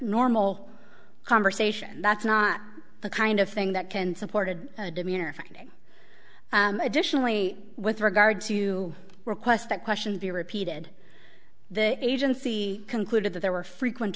normal conversation that's not the kind of thing that can supported a demeanor finding additionally with regard to requests that question to be repeated the agency concluded that there were frequent